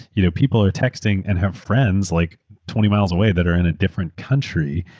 you know people are texting and have friends like twenty miles away that are in a different country.